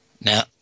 Now